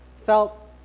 felt